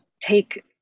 take